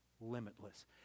limitless